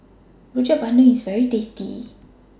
Rojak Bandung IS very tasty